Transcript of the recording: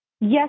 Yes